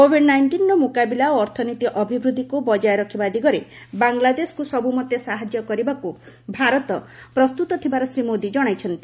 Covid ନାଇଷ୍ଟିନ୍ର ମୁକାବିଲା ଓ ଅର୍ଥନୀତି ଅଭିବୃଦ୍ଧିକ୍ ବଜାୟ ରଖିବା ଦିଗରେ ବାଂଲାଦେଶକୁ ସବୁମତେ ସାହାଯ୍ୟ କରିବାକୁ ଭାରତ ପ୍ରସ୍ତୁତ ଥିବାର ଶୀ ମୋଦି ଜଣାଇଛନ୍ତି